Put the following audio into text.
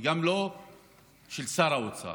וגם לא של שר האוצר,